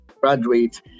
graduate